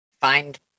find